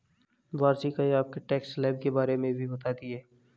वार्षिक आय आपके टैक्स स्लैब के बारे में भी बताती है